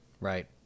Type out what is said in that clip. Right